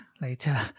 later